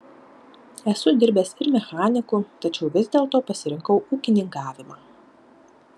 esu dirbęs ir mechaniku tačiau vis dėlto pasirinkau ūkininkavimą